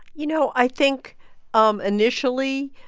you know, i think um initially,